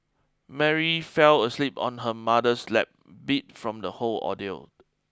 Mary fell asleep on her mother's lap beat from the whole ordeal